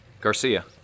Garcia